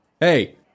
hey